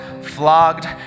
flogged